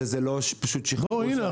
וזה לא פשוט --- הינה,